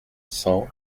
cent